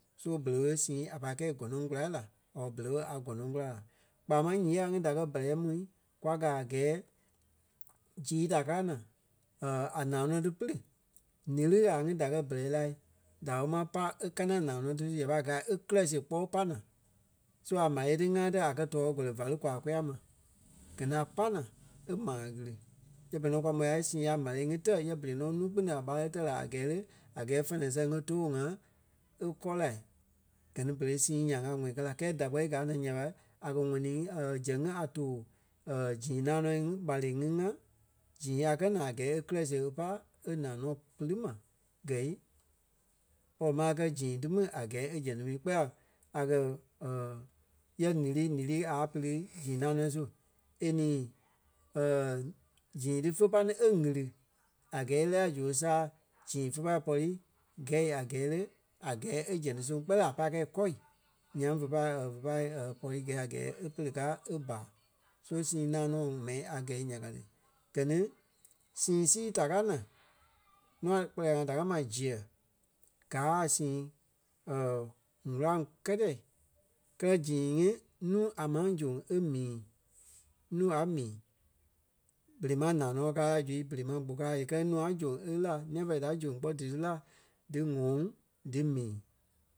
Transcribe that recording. So berei ɓé sîi a pai kɛ̀i gɔnɔŋ kula la or berei ɓé a gɔnɔŋ kula la. Kpaa máŋ nyii ŋai ŋí da kɛ́ bɛrɛ mu kwa gáa a gɛɛ zìi da káa naa nanɔ̂ɔ tí pili líli ŋai ŋí da kɛ́ bɛrɛ la da e ma pai kanaŋ nanɔ̂ɔ tí su ya pai gáa e kirɛ kpɔ́ e pai naa. So a m̀ále tí ŋa tɛ̀ a kɛ̀ tɔɔ kɔlɔ va lí kwaa kâya ma. Gɛ ni a pai naa e maa ɣiri. Yɛ berei nɔ kwa môi la sîi a m̀ále ŋí tɛ̀ yɛ berei nɔ nuu-kpune a ɓáre tɛ̀ la a gɛɛ lé, a gɛɛ fɛnɛ sɛŋ e tóo ŋa e kɔ́ lai. Gɛ ni berei sîi nyaŋ a ŋɔ kɛ́ la kɛɛ da kpɛli gaa naa nya ɓa, a kɛ̀ ŋ̀ɔni ŋí zɛŋ ŋí a tóo zîi nanɔ̂ɔ ŋí ɓare ŋí ŋa zîi a kɛ̀ naa a gɛɛ e kirɛ siɣe e pai e nanɔ̂ɔ pili ma gɛ̂i pɔri ma a kɛ̀ zîi tí ma a gɛɛ e zɛŋ ti mii kpɛɛ la a kɛ̀ yɛ lili, lili a pili zîi nanɔ̂ɔ su e ní zîi tí fe pai ní e ɣiri a gɛɛ e lɛ́ɛ la zu e sàa zîi fé pai pɔri gɛi a gɛɛ lé, a gɛɛ e zɛŋ ti soŋ kpɛɛ la a pai kɛi kɔ̂i. Nyaŋ ve pa ve pa pɔri gɛi a gɛɛ e pere káa e báa. So sìi nanɔ̂ɔ mɛni a gɛi nya ka ti. Gɛ ni sîi sii da kaa naa nûa kpɛlɛɛ ŋa díkɛ ma ziɛ. Gaa a sîi ŋ̀úlaŋ kɛ́tɛ. Kɛ́lɛ zîi ŋí nuu a máŋ zoŋ a mii. Nuu a mii. Berei maŋ nanɔ̂ɔ káa la zu berei maŋ gbo ka la zu kɛlɛ nuu a zoŋ e lí la nîa-pɛlɛɛ zoŋ kpɔ́ dí lí la dí ŋɔ́ dí mii